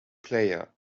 player